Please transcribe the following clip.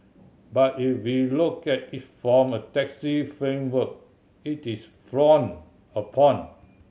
but if we look at it from a taxi framework it is frowned upon